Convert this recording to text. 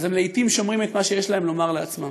אז לעתים הם שומרים את מה שיש להם לומר לעצמם.